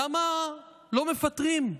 למה לא מפטרים?